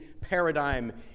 paradigm